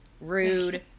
Rude